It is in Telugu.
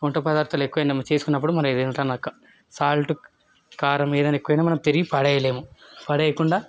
వంట పదార్దాలు ఎక్కువైనమా చేసుకున్నప్పుడు మనం ఏదన్న సాల్ట్ కారం ఏదైనా ఎక్కువైనా మనం తిరిగి పడెయ్యలేము పడేయ్యకుండా